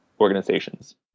organizations